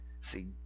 See